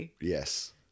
Yes